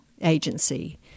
agency